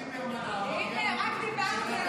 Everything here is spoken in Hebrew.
לכי תשבי עם מנסור עבאס וליברמן,